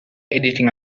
editing